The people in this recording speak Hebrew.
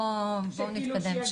בואו נתקדם.